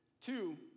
Two